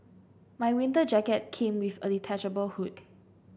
my winter jacket came with a detachable hood